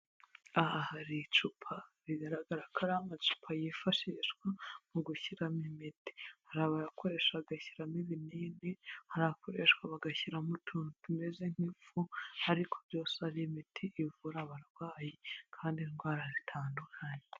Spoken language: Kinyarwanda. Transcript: Aha hari icupa bigaragara ko, ari amacupa yifashishwa mu gushyira imiti, hari abayakoresha bagashyiramo ibinini, hari akoreshwa bagashyiramo utuntu tumeze nk'ifu, ariko byose ari imiti ivura abarwayi kandi indwara zitandukanye.